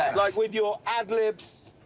like with your ad libs.